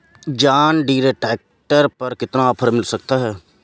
John Deere tractor पर कितना offer मिल सकता है?